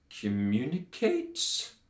Communicates